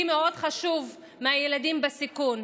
לי חשובים מאוד הילדים בסיכון,